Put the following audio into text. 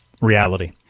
reality